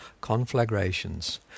conflagrations